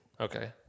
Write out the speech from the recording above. Okay